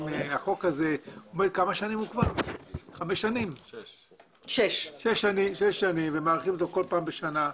החוק הזה הוא כבר שש שנים ומאריכים אותו כל פעם בשנה,